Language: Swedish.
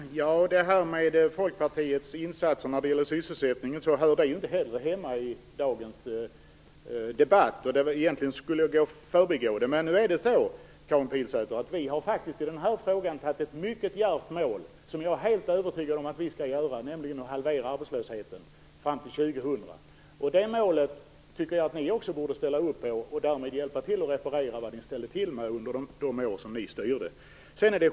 Herr talman! Det här med Folkpartiets insatser när det gäller sysselsättningen hör inte heller hemma i dagens debatt, och egentligen borde jag förbigå det. Men nu är det så, Karin Pilsäter, att vi i den här frågan faktiskt har satt upp ett mycket djärvt mål, och jag är helt övertygad om att vi kommer att uppnå det, nämligen att halvera arbetslösheten fram till år 2000. Det målet tycker jag att ni också borde ställa upp på, och därmed hjälpa till att reparera de skador som ni ställde till med under de år då ni styrde.